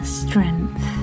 strength